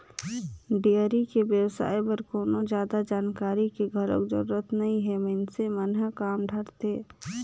dairy के बेवसाय बर कोनो जादा जानकारी के घलोक जरूरत नइ हे मइनसे मन ह कर डरथे